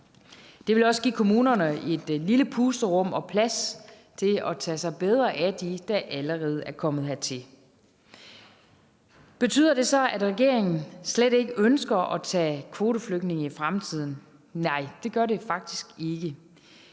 Det vil også give kommunerne et lille pusterum og plads til at tage sig bedre af dem, der allerede er kommet hertil. Betyder det så, at regeringen slet ikke ønsker at tage kvoteflygtninge i fremtiden? Nej, det gør det faktisk ikke.